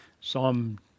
Psalm